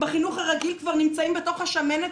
בחינוך הרגיל נמצאים בתוך השמנת,